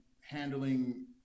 handling